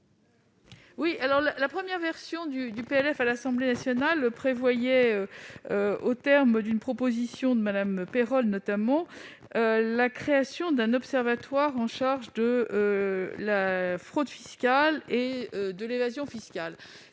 La première version du PLF à l'Assemblée nationale prévoyait, aux termes d'une proposition de Mme Peyrol notamment, la création d'un observatoire en charge de la fraude fiscale et de l'évasion fiscale.